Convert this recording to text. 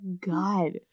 God